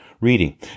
Reading